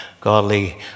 godly